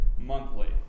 monthly